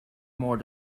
more